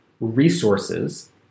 resources